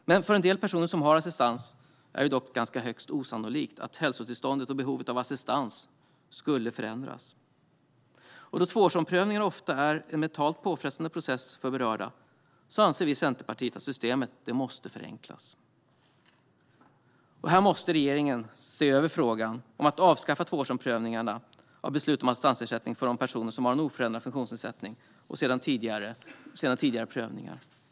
För en del personer som har assistans är det dock högst osannolikt att hälsotillståndet och behovet av assistans skulle förändras. Eftersom tvåårsomprövningarna ofta är en mentalt påfrestande process för berörda anser vi i Centerpartiet att systemet måste förenklas. Här måste regeringen se över frågan om att avskaffa tvåårsomprövningarna av beslut om assistansersättning för de personer som har en oförändrad funktionsnedsättning sedan tidigare prövning.